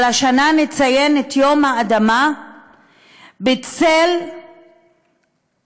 השנה נציין את יום האדמה בצל הוראות